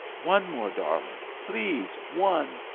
one more, darling please, one!